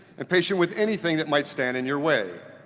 impatient with anything that might stand in your way.